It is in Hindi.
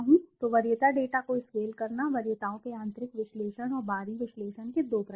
तो वरीयता डेटा को स्केल करना वरीयताओं के आंतरिक विश्लेषण और बाहरी विश्लेषण के 2 प्रकार हैं